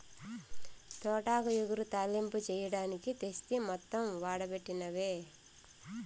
తోటాకు ఇగురు, తాలింపు చెయ్యడానికి తెస్తి మొత్తం ఓడబెట్టినవే